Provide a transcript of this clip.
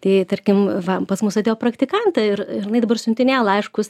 tai tarkim va pas mus atėjo praktikantė ir jinai dabar siuntinėja laiškus